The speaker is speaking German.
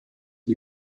die